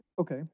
Okay